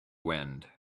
wind